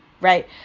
Right